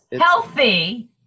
Healthy